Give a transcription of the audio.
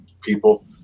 people